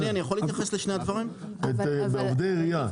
בעובדי עירייה,